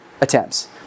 attempts